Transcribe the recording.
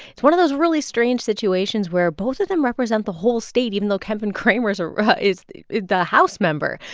it's one of those really strange situations where both of them represent the whole state, even though kevin cramer's ah is the the house member.